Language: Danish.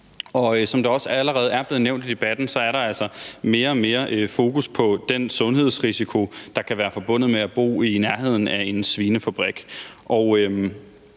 som det også allerede er blevet nævnt i debatten, er der altså mere og mere fokus på den sundhedsrisiko, der kan være forbundet med at bo i nærheden af en svinefabrik.